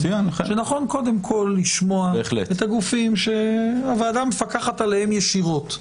שנכון קודם כל לשמוע בהחלט את הגופים שהוועדה מפקחת עליהם ישירות.